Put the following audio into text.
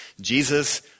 Jesus